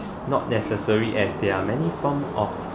not necessary as there are many form of